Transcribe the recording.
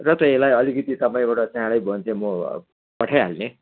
र त यसलाई अलिकति तपाईँबाट चाँडै भयो भने चाहिँ म पठाइहाल्ने